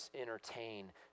entertain